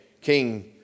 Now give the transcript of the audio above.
King